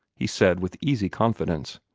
he said with easy confidence.